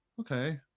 okay